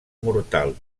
mortal